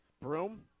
Broom